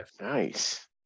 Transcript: Nice